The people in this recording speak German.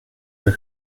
der